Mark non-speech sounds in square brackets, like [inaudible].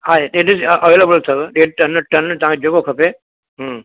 हा [unintelligible] अवेलेबल अथव ॾेढ टन टन तव्हांखे जेको खपे हम्म